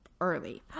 early